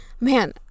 man